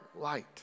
light